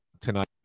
tonight